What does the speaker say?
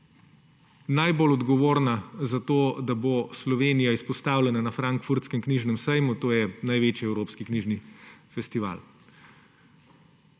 najbolj odgovorna za to, da bo Slovenija izpostavljena na Frankfurtskem knjižnem sejmu, to je največji evropski knjižni festival.